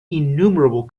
innumerable